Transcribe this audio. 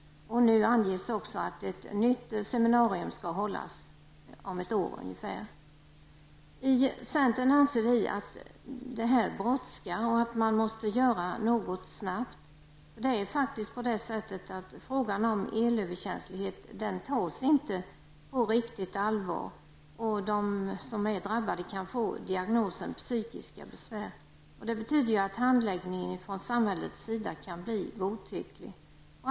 Det anges nu också att ett nytt seminarium skall hållas om ungefär ett år. Vi anser i centern att detta brådskar och att man måste göra något snabbt. Frågan om elöverkänslighet tas faktiskt inte på riktigt allvar, och de drabbade kan få diagnosen psykiska besvär. Det betyder att handläggningen från samhällets sida kan bli godtycklig.